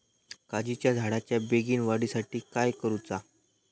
काजीच्या झाडाच्या बेगीन वाढी साठी काय करूचा?